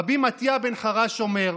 רבי מתיא בן חרש אומר: